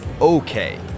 okay